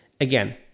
again